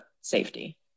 safety